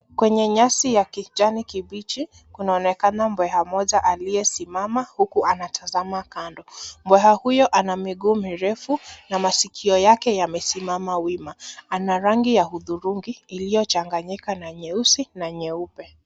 Kwenye nyasi ya kijani kibichi. Kunaonekana mbweha mmoja aliyesimama huku anatazama kando. Mbweha huyo ana miguu mirefu na masikio yake yamesimama wima. Ana rangi ya hudhurungi iliyo changanyika na nyeusi na nyeupe.